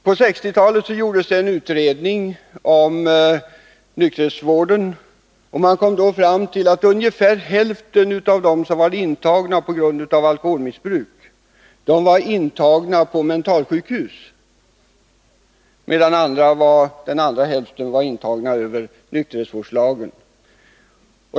På 1960-talet gjordes en utredning om nykterhetsvården, och man kom då fram till att ungefär hälften av dem som var intagna på grund av alkoholmissbruk var intagna på mentalsjukhus, medan den andra hälften var intagna över nykterhetsvårdslagen.